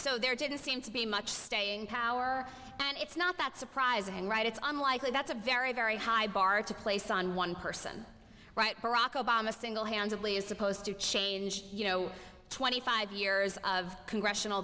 so there didn't seem to be much staying power and it's not that surprising right it's unlikely that's a very very high bar to place on one person right barack obama singlehandedly is supposed to change you know twenty five years of congressional